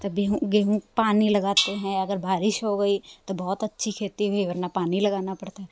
तो गेहूं गेहूं पानी लगाते हैं अगर बारिश हो गई तो बहोत अच्छी खेती हुई वरना पानी लगाना पड़ता है